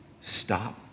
Stop